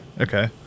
Okay